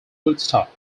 woodstock